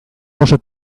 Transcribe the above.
oso